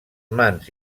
mans